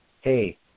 Hey